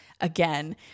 again